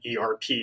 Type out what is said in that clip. erp